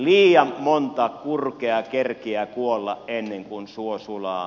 liian monta kurkea kerkiää kuolla ennen kuin suo sulaa